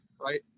right